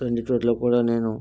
రెండిచోట్ల కూడా నేను